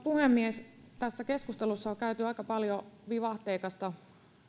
puhemies tässä keskustelussa on ollut aika paljon vivahteikkaita